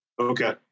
Okay